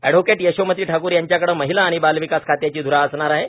advocate Yashomati Thakur यांच्याकडे महिला आणि बालविकास खात्याची ध्रा असणार आहे